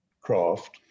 craft